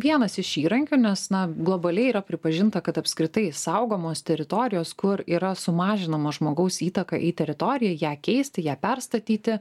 vienas iš įrankių nes na globaliai yra pripažinta kad apskritai saugomos teritorijos kur yra sumažinama žmogaus įtaka į teritoriją ją keisti ją perstatyti